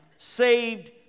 saved